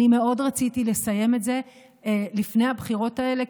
אני מאוד רציתי לסיים את זה לפני הבחירות האלה,